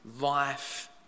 life